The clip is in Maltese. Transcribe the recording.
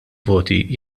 voti